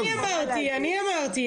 אני אמרתי,